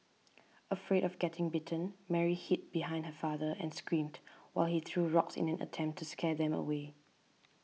afraid of getting bitten Mary hid behind her father and screamed while he threw rocks in an attempt to scare them away